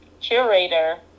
curator